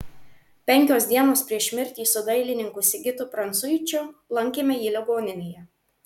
penkios dienos prieš mirtį su dailininku sigitu prancuičiu lankėme jį ligoninėje